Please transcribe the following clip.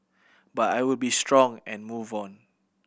but I will be strong and move on